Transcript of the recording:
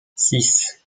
six